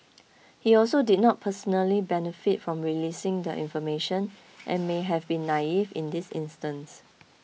he also did not personally benefit from releasing the information and may have been naive in this instance